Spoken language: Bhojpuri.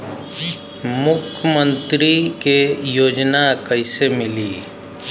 मुख्यमंत्री के योजना कइसे मिली?